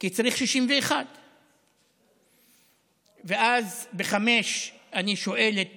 כי צריך 61. אז ב-17:00 אני שואל את